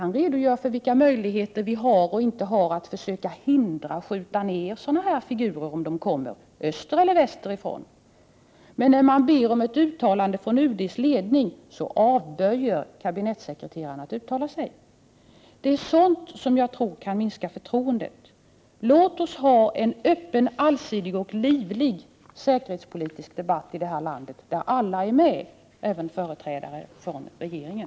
Han redogör för våra möjligheter att skjuta ned sådana här missiler, vare sig de kommer från öster eller väster. Men när man ber om ett uttalande från UD:s ledning, då avböjer kabinettssekreteraren. Det är sådant som jag tror kan minska vårt förtroende. Låt oss i detta land föra en allsidig och livlig säkerhetspolitisk debatt där alla deltar, även företrädare för regeringen.